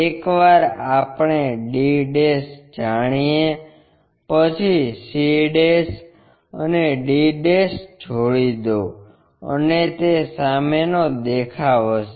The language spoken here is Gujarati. એકવાર આપણે d જાણીએ પછી c અને d જોડી દો અને તે સામેનો દેખાવ હશે